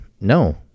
No